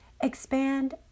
expand